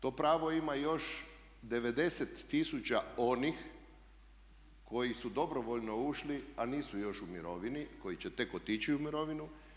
To pravo ima još 90 000 onih koji su dobrovoljno ušli, a nisu još u mirovini, koji će tek otići u mirovinu.